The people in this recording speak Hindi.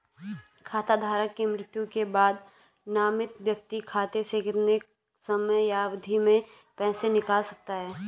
खाता धारक की मृत्यु के बाद नामित व्यक्ति खाते से कितने समयावधि में पैसे निकाल सकता है?